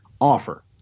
offer